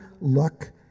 Luck